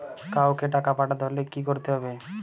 কাওকে টাকা পাঠাতে হলে কি করতে হবে?